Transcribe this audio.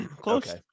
close